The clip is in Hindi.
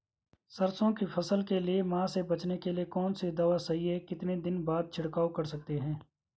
सरसों की फसल के लिए माह से बचने के लिए कौन सी दवा सही है कितने दिन बाद छिड़काव कर सकते हैं?